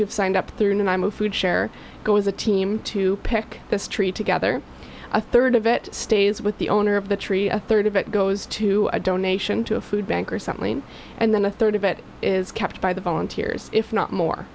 have signed up through my move food share goes a team to pick this tree together a third of it stays with the owner of the tree a third of it goes to a donation to a food bank or something and then a third of it is kept by the volunteers if not more